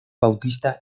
bautista